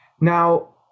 Now